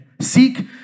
Seek